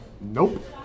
Nope